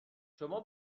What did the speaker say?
شما